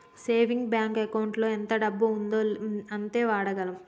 saving bank ఎకౌంటులో ఎంత డబ్బు ఉందో అంతే వాడగలం